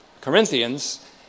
Corinthians